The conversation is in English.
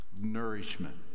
nourishment